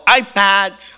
iPads